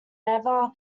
never